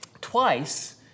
Twice